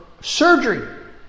surgery